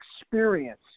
experience